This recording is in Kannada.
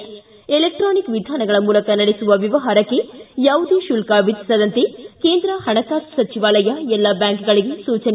ಿಗಿ ಎಲೆಕ್ಸಾನಿಕ್ ವಿಧಾನಗಳ ಮೂಲಕ ನಡೆಸುವ ವ್ಯವಹಾರಕ್ಕೆ ಯಾವುದೇ ಶುಲ್ಕ ವಿಧಿಸದಂತೆ ಕೇಂದ್ರ ಹಣಕಾಸು ಸಚಿವಾಲಯ ಎಲ್ಲ ಬ್ಬಾಂಕ್ಗಳಿಗೆ ಸೂಚನೆ